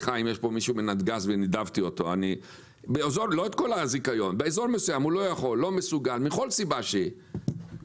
אם הוא לא מסוגל באזור כלשהו מכל סיבה שהיא,